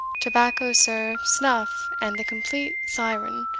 tobacco, sir, snuff, and the complete syren,